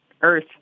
Earth